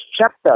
chapter